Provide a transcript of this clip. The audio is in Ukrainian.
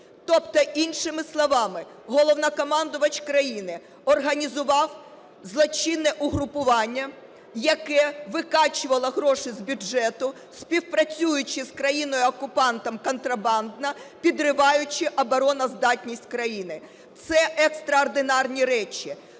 Тобто, іншими словами, Головнокомандувач країни організував злочинне угрупування, яке викачувало гроші з бюджету, співпрацюючи з країною-окупантом контрабандно, підриваючи обороноздатність країни. Це екстраординарні речі.